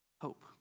hope